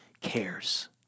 cares